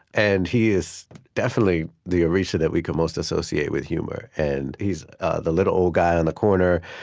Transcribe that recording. and he is definitely the orisha that we can most associate with humor. and he's the little old guy on the corner,